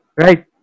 right